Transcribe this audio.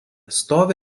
stovi